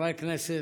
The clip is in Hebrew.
חברי הכנסת,